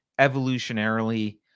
evolutionarily